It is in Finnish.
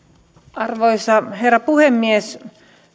arvoisa herra puhemies